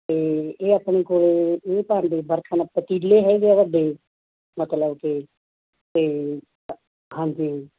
ਤੇ ਇਹ ਆਪਣੇ ਕੋਲ ਇਹ ਭਾਂਡੇ ਬਰਤਨ ਪਤੀਲੇ ਹੈਗੇ ਆ ਵੱਡੇ ਮਤਲਬ ਕਿ ਅਤੇ ਹਾਂਜੀ